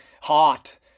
hot